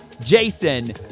Jason